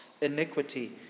iniquity